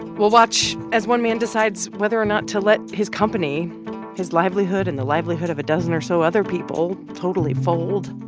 we'll watch as one man decides whether or not to let his company his livelihood and the livelihood of a dozen or so other people totally fold.